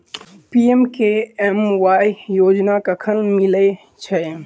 PMKMY योजना कखन मिलय छै?